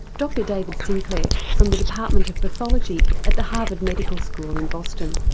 dr david sinclair from the department of pathology at the harvard medical school in boston.